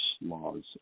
laws